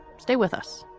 stay with us